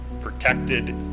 protected